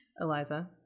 Eliza